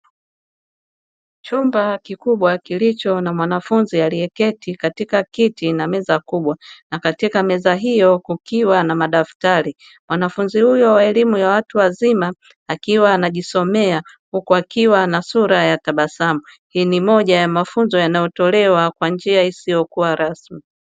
Chumba kikubwa kilicho na mwanafunzi aliyeketi katika kiti na meza kubwa na katika meza hiyo kukiwa na madaftari, mwanafunzi huyo wa elimu ya watu wazima akiwa anajisomea huku akiwa na sura ya tabasamu. Hii ni moja ya mafunzo yanayotolewa kwa njia isiyokuwa rasmi.